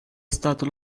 stato